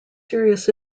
serious